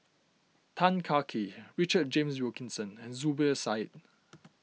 Tan Kah Kee Richard James Wilkinson and Zubir Said